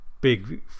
big